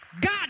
God